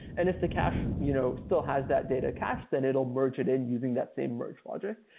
and if the cache you know still has that data cache, then it'll merge it in using that same merge logic.